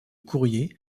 courrier